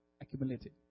accumulated